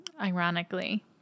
ironically